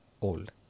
old